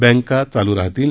बँका चालू राहतील